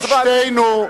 לבושתנו,